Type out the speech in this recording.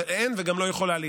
אבל אין וגם לא יכולה להיות.